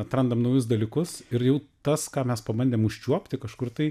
atrandam naujus dalykus ir jau tas ką mes pabandėm užčiuopti kažkur tai